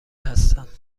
هستند